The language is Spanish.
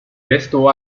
esto